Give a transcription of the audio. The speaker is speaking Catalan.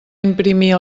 imprimir